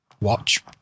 watch